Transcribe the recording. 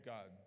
God